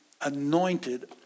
anointed